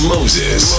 Moses